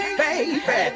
baby